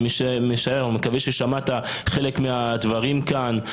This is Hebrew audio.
אני משער ומקווה ששמעת חלק מהדברים כאן.